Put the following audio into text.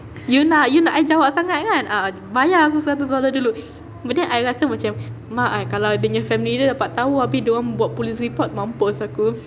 you nak you nak I jawab sangat kan ah bayar aku seratus dollar dulu but then I rasa macam mak I kalau dia nya family dia dapat tahu abeh dorang buat police report mampus aku